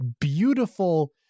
beautiful